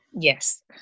yes